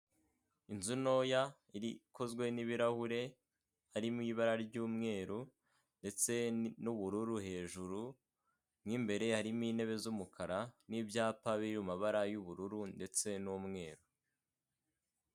Inzu ntoya ikozwe n'ibirahure harimo ibara ry'umweru ndetse n'ubururu hejuru. Mu imbere harimo intebe z'umukara n'ibyapa biri mu mabara y'ubururu ndetse n'umweru.